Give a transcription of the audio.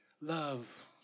love